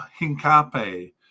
Hincape